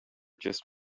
just